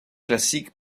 classique